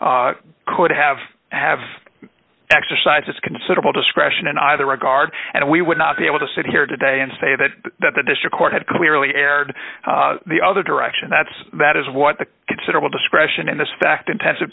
could have have exercised its considerable discretion in either regard and we would not be able to sit here today and say that that the district court had clearly erred the other direction that's that is what the considerable discretion in this fact intensive